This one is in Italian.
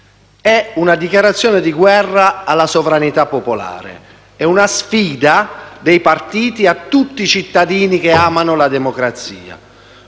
è una dichiarazione di guerra alla sovranità popolare, è una sfida dei partiti a tutti i cittadini che amano la democrazia.